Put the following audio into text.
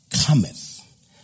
cometh